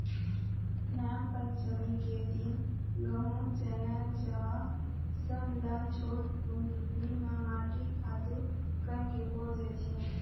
नागपंचमी के दिन गहूँ, चना, जवां सब ल छोटकुन टुकनी म माटी खातू करके बो देथे